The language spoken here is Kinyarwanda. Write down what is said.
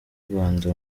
rwanda